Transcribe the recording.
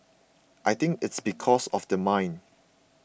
I think it's because of the mine